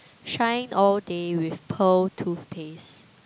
shine all day with pearl toothpaste